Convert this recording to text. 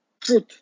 Truth